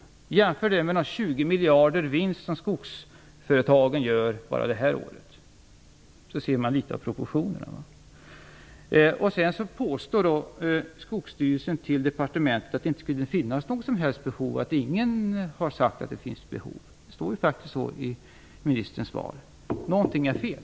Detta är att jämföra med 20 miljarder i vinst i skogsföretagen bara det här året. Då ser man litet av proportionerna. Skogsstyrelsen påstår inför departementet att det inte skulle finnas något som helst behov, att ingen har sagt att det finns behov. Det står så i ministerns svar. Någonting är fel.